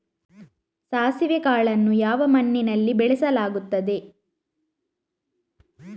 ಸಾಸಿವೆ ಕಾಳನ್ನು ಯಾವ ಮಣ್ಣಿನಲ್ಲಿ ಬೆಳೆಸಲಾಗುತ್ತದೆ?